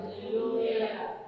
Hallelujah